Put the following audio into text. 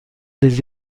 des